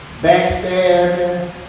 backstabbing